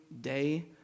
day